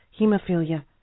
hemophilia